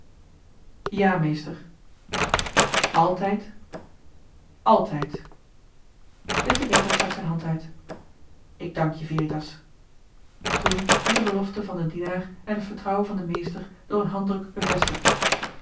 meester altijd altijd il tigretto stak zijn hand uit ik dank je veritas toen werd de belofte van den dienaar en het vertrouwen van den meester door een handdruk bevestigd